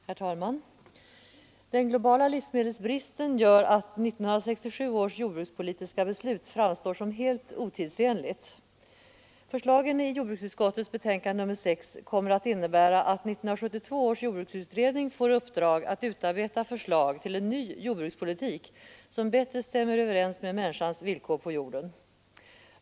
Herr talman! Den globala livsmedelsbristen gör att 1967 års jordbrukspolitiska beslut framstår som helt otidsenligt. Förslagen i jordbruksutskottets betänkande nr 6 kommer att innebära att 1972 års jordbruksutredning får i uppdrag att utarbeta förslag till en ny jordbrukspolitik som bättre stämmer överens med människans villkor på jorden.